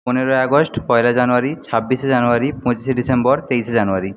পনেরোই আগস্ট পয়লা জানুয়ারি ছাব্বিশে জানুয়ারি পঁচিশে ডিসেম্বর তেইশে জানুয়ারি